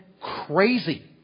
crazy